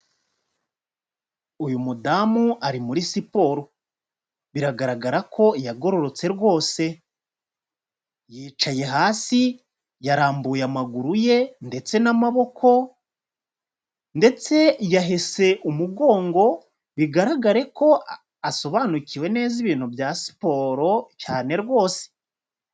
Uyu mudamu ari muri siporo. Biragaragara ko yagororotse rwose! Yicaye hasi, yarambuye amaguru ye ndetse n'amaboko ndetse yahese umugongo, bigaragare ko asobanukiwe neza ibintu bya siporo cyane rwose!